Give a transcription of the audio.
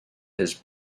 his